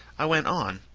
i went on.